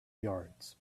yards